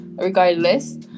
regardless